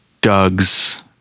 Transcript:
Doug's